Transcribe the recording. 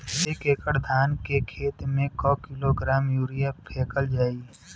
एक एकड़ धान के खेत में क किलोग्राम यूरिया फैकल जाई?